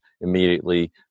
immediately